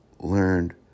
learned